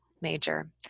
major